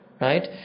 Right